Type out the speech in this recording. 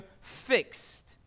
fixed